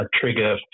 Trigger